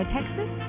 Texas